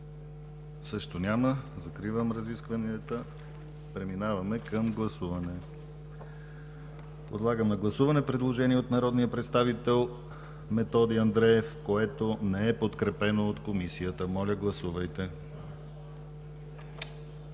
Няма. Закривам разискванията. Преминаваме към гласуване. Подлагам на гласуване предложение от народния представител Методи Андреев, което не е подкрепено от Комисията. Моля, гласувайте.